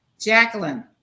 Jacqueline